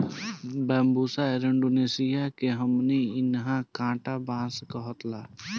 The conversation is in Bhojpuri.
बैम्बुसा एरुण्डीनेसीया के हमनी इन्हा कांटा बांस कहाला